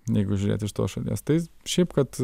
jeigu žiūrėt iš tos šalies tai šiaip kad